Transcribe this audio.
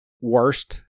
worst